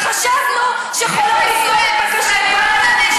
אז חשבנו שחולות יפתור את בעיית מבקשי המקלט.